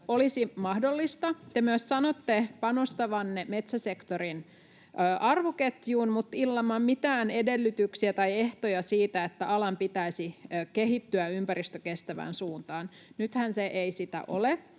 olisi mahdollista. Te myös sanotte panostavanne metsäsektorin arvoketjuun, mutta ilman mitään edellytyksiä tai ehtoja siitä, että alan pitäisi kehittyä ympäristökestävään suuntaan — nythän se ei sitä ole.